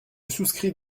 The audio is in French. souscris